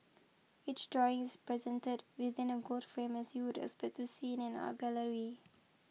each drawing is presented within a gold frame as you'd expect to see in an art gallery